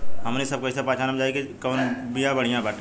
हमनी सभ कईसे पहचानब जाइब की कवन बिया बढ़ियां बाटे?